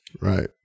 Right